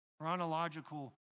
chronological